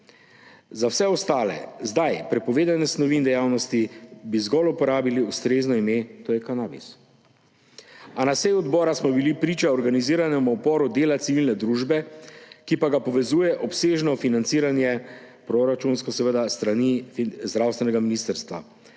Za vse ostale zdaj prepovedane snovi in dejavnosti bi zgolj uporabili ustrezno ime, to je kanabis. A na seji odbora smo bili priča organiziranemu uporu dela civilne družbe, ki pa ga povezuje obsežno financiranje, seveda proračunsko, s strani zdravstvenega ministrstva,